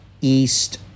east